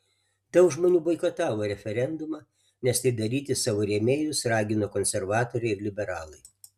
daug žmonių boikotavo referendumą nes tai daryti savo rėmėjus ragino konservatoriai ir liberalai